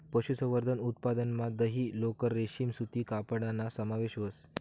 पशुसंवर्धन उत्पादनमा दही, लोकर, रेशीम सूती कपडाना समावेश व्हस